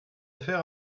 faire